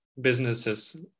businesses